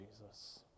Jesus